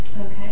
Okay